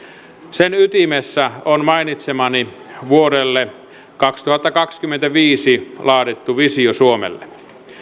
sen ytimessä on mainitsemani vuodelle kaksituhattakaksikymmentäviisi laadittu visio suomelle